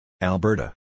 Alberta